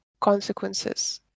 consequences